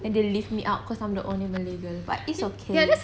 and they leave me out because I'm the only malay girl but it's okay